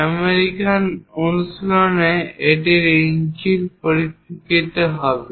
American অনুশীলনে এটি ইঞ্চির পরিপ্রেক্ষিতে হবে